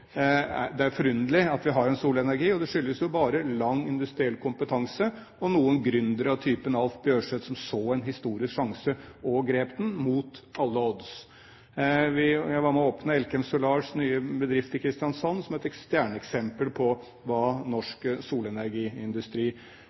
går – forunderlig. Det skyldes jo bare lang industriell kompetanse og noen gründere av typen Alf Bjørseth, som så en historisk sjanse og grep den, mot alle odds. Jeg var med på å åpne Elkem Solars nye bedrift i Kristiansand, som er et stjerneeksempel på hva norsk solenergiindustri